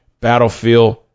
battlefield